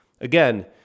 Again